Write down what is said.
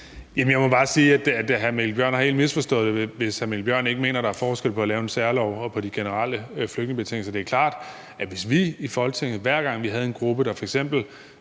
jeg må bare sige, at hr. Mikkel Bjørn helt har misforstået det, hvis hr. Mikkel Bjørn ikke mener, at der er forskel på at lave en særlov og at opfylde de generelle flygtningebetingelser. Det er klart, at hvis vi i Folketinget, hver gang vi havde en gruppe, der